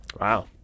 Wow